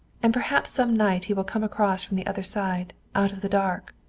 and perhaps some night he will come across from the other side, out of the dark.